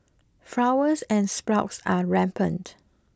flowers and sprouts are rampant